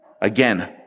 Again